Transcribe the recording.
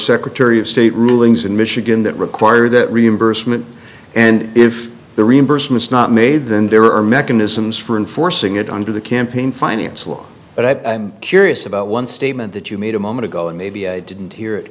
secretary of state rulings in michigan that require that reimbursement and if the reimbursements not made then there are mechanisms for enforcing it under the campaign finance law but i'm curious about one statement that you made a moment ago and maybe i didn't hear it